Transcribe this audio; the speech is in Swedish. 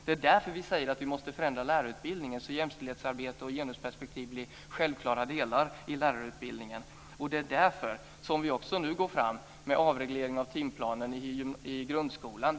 Det är därför vi säger att vi måste förändra lärarutbildningen så att jämställdhetsarbete och genusperspektiv blir självklara delar i lärarutbildningen. Det är också därför som vi nu går fram med avregleringar av timplanen i grundskolan.